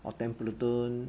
or templeton